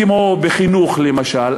כמו בחינוך למשל,